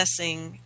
accessing